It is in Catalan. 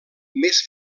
més